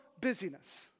busyness